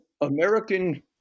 American